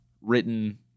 written